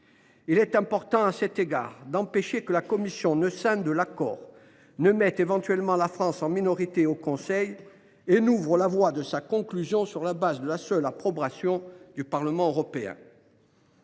il est important d’empêcher que la Commission européenne ne scinde l’accord, ne mette éventuellement la France en minorité au Conseil et n’ouvre la voie à sa conclusion sur la base de la seule approbation du Parlement européen.